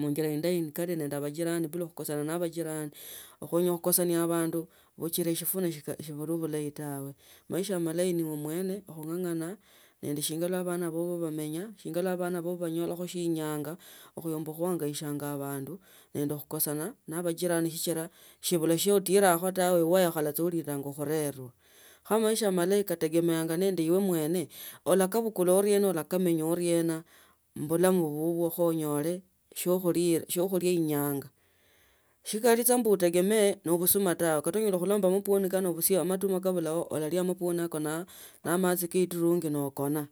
Muinjila indayi muikhale nende majirani okhoye khukosianda bandu buchila sifune sibuli bulayi tawe maisha amalayi nibe omwene khung’ang’ana anga shingana abana baba bamenya, shingana abano baba banyolakho shie enyanga khuyomba khuangaishanga mbandi nende khukasana nende majirani sichila shibula shio otilakho sikila uikhalanga busia ulinda khunenesa kho maisha malayi kategemeanga nende ibe mwene olakabukula onena shia khulirwa inganga shikali mbu utegemee nobusuma tawe kata khulomba amapwoni kano ukasie amatuma kabulao olalia amapwoni yao nende machi ka eturungi nookana